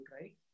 right